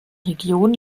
region